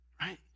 Right